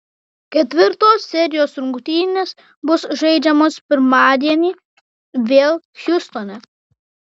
ketvirtos serijos rungtynės bus žaidžiamos pirmadienį vėl hjustone